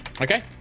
Okay